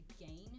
gain